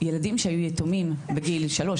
ילדים שהיו יתומים בגיל שלוש,